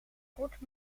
kort